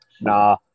nah